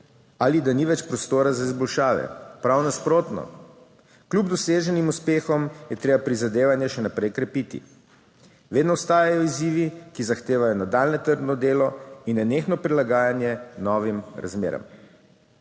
ali da ni več prostora za izboljšave, prav nasprotno, kljub doseženim uspehom je treba prizadevanja še naprej krepiti. Vedno ostajajo izzivi, ki zahtevajo nadaljnje trdo delo in nenehno prilagajanje novim razmeram.